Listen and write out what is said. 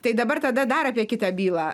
tai dabar tada dar apie kitą bylą